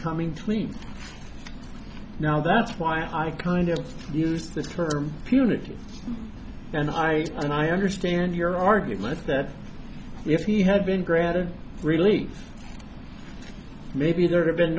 coming clean now that's why i kind of use the term punitive and i and i understand your argument that if he had been granted release maybe there'd have been